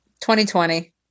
2020